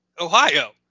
Ohio